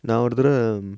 நா ஒரு தடவ:na oru thadava mm